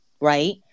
right